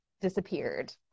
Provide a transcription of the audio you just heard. disappeared